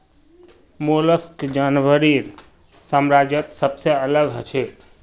mollusc जानवरेर साम्राज्यत सबसे अलग हछेक